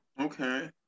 Okay